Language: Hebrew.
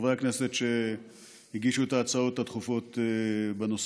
חברי הכנסת שהגישו את ההצעות הדחופות בנושא,